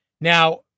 Now